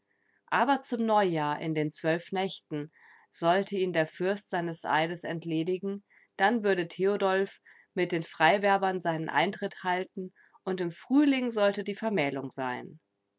aber zum neujahr in den zwölf nächten sollte ihn der fürst seines eides entledigen dann würde theodulf mit den freiwerbern seinen eintritt halten und im frühling sollte die vermählung sein